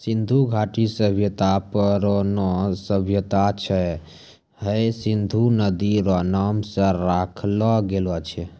सिन्धु घाटी सभ्यता परौनो सभ्यता छै हय सिन्धु नदी रो नाम से राखलो गेलो छै